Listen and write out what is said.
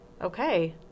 Okay